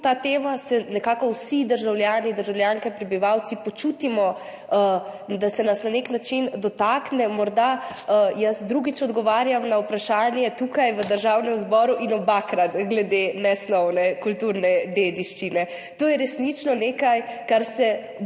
ta tema, se nekako vsi državljani in državljanke, prebivalci počutimo, da se nas na nek način dotakne. Jaz drugič odgovarjam na vprašanje tukaj v Državnem zboru in obakrat glede nesnovne kulturne dediščine. To je resnično nekaj, kar se dotakne